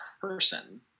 person